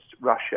Russia